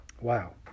Wow